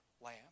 lamb